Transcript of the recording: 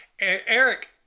Eric